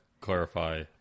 clarify